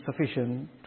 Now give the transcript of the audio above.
sufficient